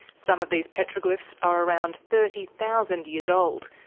some of these petroglyphs are around thirty thousand years old,